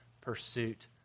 pursuit